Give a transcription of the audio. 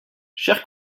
chers